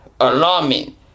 alarming